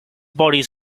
bodies